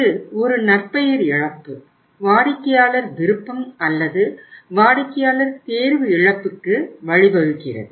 இது ஒரு நற்பெயர் இழப்பு வாடிக்கையாளர் விருப்பம் அல்லது வாடிக்கையாளர் தேர்வு இழப்புக்கு வழிவகுக்கிறது